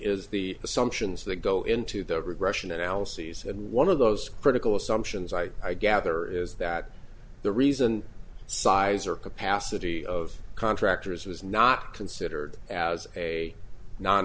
is the assumptions that go into the regression analyses and one of those critical assumptions i gather is that the reason size or capacity of contractors was not considered as a non